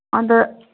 अन्त